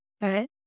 Right